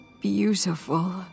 beautiful